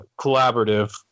collaborative